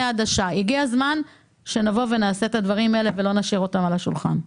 הגיע הזמן שנבוא ונעשה את הדברים האלה ולא נשאיר אותם על השולחן.